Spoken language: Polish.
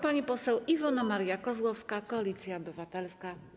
Pani poseł Iwona Maria Kozłowska, Koalicja Obywatelska.